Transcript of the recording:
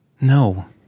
No